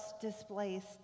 displaced